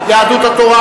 יהדות התורה,